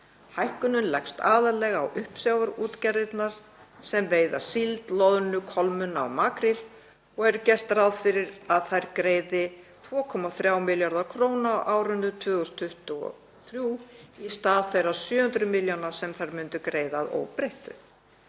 Hækkunin leggst aðallega á uppsjávarútgerðirnar sem veiða síld, loðnu, kolmunna og makríl og er gert ráð fyrir að þær greiði 2,3 milljarða kr. á árinu 2023 í stað þeirra 700 milljóna sem þær myndu greiða að óbreyttu.